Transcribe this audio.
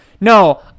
no